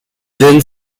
then